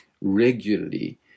regularly